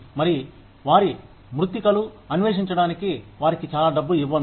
మరి వారి మృత్తికలు అన్వేషించడానికి వారికి చాలా డబ్బు ఇవ్వండి